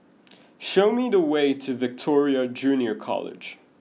show me the way to Victoria Junior College